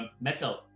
metal